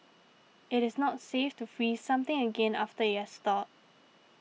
it is not safe to freeze something again after it has thawed